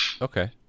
Okay